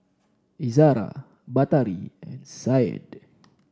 Izzara Batari and Syed